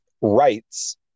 rights